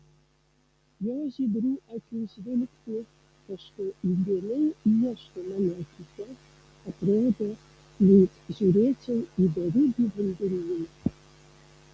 jo žydrų akių žvilgsnis kažko įdėmiai ieško mano akyse atrodo lyg žiūrėčiau į beribį vandenyną